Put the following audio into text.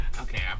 Okay